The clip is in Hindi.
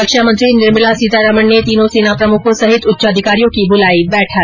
रक्षा मंत्री निर्मला सीतारमण ने तीनो सेना प्रमुखो सहित उच्चाधिकारियों की बुलाई बैठक